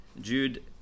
jude